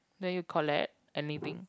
then you collect anything